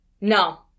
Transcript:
No